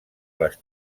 les